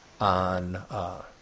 on